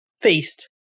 Feast